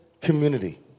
community